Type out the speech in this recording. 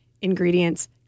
ingredients